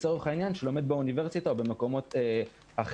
שלצורך העניין לומד באוניברסיטה או במקומות אחרים.